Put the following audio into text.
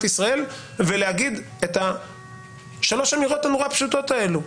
ישראל ולהגיד את שלוש האמירות הנורא פשוטות האלה: